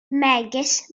megis